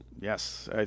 yes